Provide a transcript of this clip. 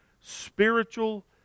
spiritual